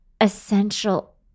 essential